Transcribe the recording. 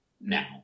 now